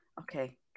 Okay